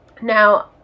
now